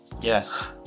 Yes